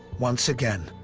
once again,